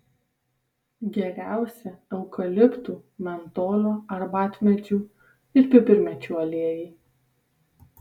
geriausi eukaliptų mentolio arbatmedžių ir pipirmėčių aliejai